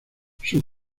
sus